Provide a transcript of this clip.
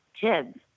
kids